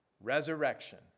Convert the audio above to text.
resurrection